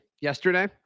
yesterday